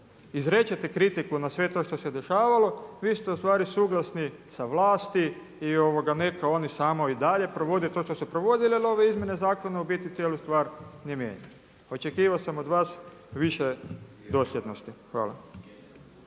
izrečete kritiku na sve to što se dešavalo vi ste ustvari suglasni sa vlasti i neka oni samo i dalje provode to što su provodili jer ove izmjene zakona u biti cijelu stvar ne mijenjaju. Očekivao sam od vas više dosljednosti. Hvala.